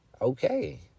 Okay